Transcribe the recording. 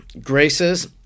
graces